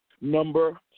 number